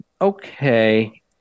okay